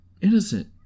Innocent